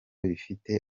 bifite